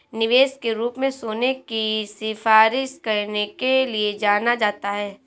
निवेश के रूप में सोने की सिफारिश करने के लिए जाना जाता है